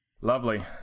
Lovely